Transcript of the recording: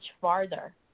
farther